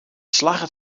slagget